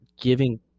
giving